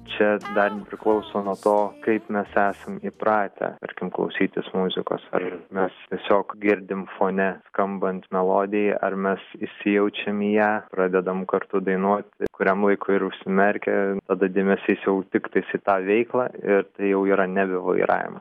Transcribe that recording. čia dar priklauso nuo to kaip mes esam įpratę tarkim klausytis muzikos ar mes tiesiog girdim fone skambant melodijai ar mes įsijaučiame į ją pradedam kartu dainuoti kuriam laikui ir užsimerkia tada dėmesys jau tik visi tą veiklą ir tai jau yra nebe vairavimas